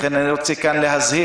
לכן אני רוצה כאן להזהיר.